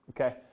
okay